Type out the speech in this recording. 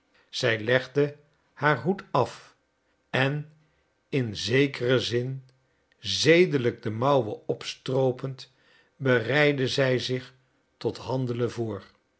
zij legde haar hoed af en in zekeren zin zedelijk de mouwen opstroopend bereidde zij zich tot handelen voor